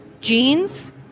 Jeans